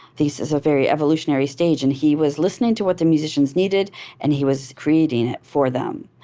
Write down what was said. these as a very evolutionary stage, and he was listening to what the musicians needed and he was creating it for them.